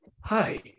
hi